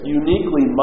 uniquely